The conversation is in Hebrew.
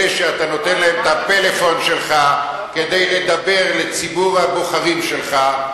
אלה שאתה נותן להם את הפלאפון שלך כדי לדבר לציבור הבוחרים שלך.